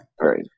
right